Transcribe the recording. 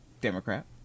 Democrat